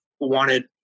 wanted